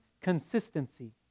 consistency